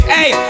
Hey